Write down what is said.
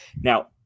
Now